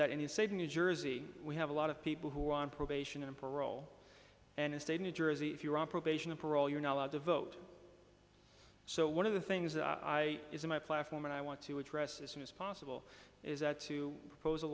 that any save new jersey we have a lot of people who are on probation and parole and in state new jersey if you're on probation or parole you're not allowed to vote so one of the things that i is my platform and i want to address as soon as possible is that to propose a